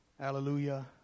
Hallelujah